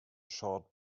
short